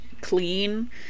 clean